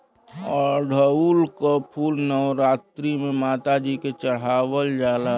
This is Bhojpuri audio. अढ़ऊल क फूल नवरात्री में माता जी के चढ़ावल जाला